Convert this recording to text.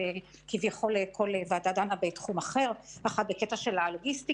שכביכול כל ועדה דנה בתחום אחר אחת בלוגיסטיקה,